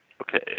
Okay